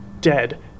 dead